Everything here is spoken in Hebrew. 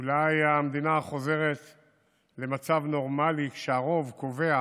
אולי המדינה חוזרת למצב נורמלי שהרוב קובע